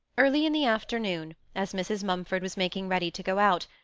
early in the afternoon, as mrs. mumford was making ready to go out,